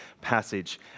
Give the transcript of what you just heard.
passage